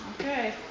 Okay